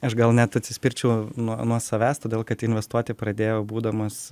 aš gal net atsispirčiau nuo savęs todėl kad investuoti pradėjo būdamas